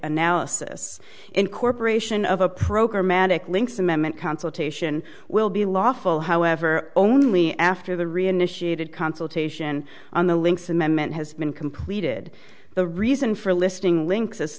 analysis incorporation of a program matic link's amendment consultation will be lawful however only after the reinitiated consultation on the links amendment has been completed the reason for listing links as